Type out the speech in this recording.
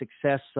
success